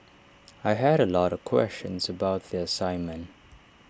I had A lot of questions about the assignment